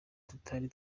tutari